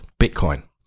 Bitcoin